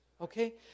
okay